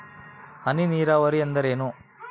ಹನಿ ನೇರಾವರಿ ಎಂದರೇನು?